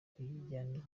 kuyijyana